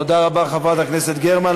תודה רבה, חברת הכנסת גרמן.